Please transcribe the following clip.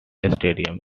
stadium